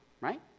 Right